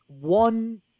one